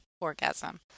orgasm